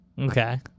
Okay